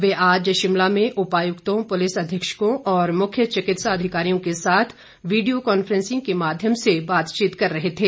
वे आज शिमला में उपायुक्तों पुलिस अधीक्षकों और मुख्य चिकित्सा अधिकारियों के साथ वीडियो कांफेंसिंग के माध्यम से बातचीत कर रहे थे